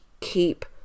keep